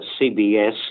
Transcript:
CBS